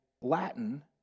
Latin